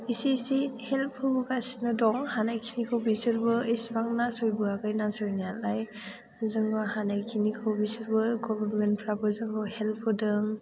एसे एसे हेल्प होबोगासिनो दं हानायखिनिखौ बिसोरबो इसेबां नासयबोआखै नासयनायालाय जोङो हानायखिनिखौ बिसोरबो गभर्नमेन्टफ्राबो जोंखौ हेल्प होदों